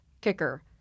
kicker